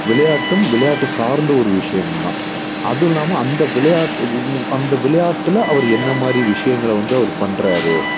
விளையாட்டும் விளையாட்டு சார்ந்த ஒரு விஷயமும் தான் அதுவும் இல்லாமல் அந்த விளையாட்டு மு மு அந்த விளையாட்டில் அவரு என்ன மாதிரி விஷயங்களை வந்து அவரு பண்ணுறாரு